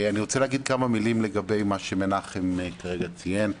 אני רוצה להגיד כמה מילים לגבי מה שמנחם ציין כרגע.